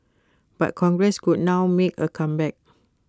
but congress could now make A comeback